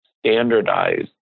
standardize